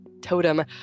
totem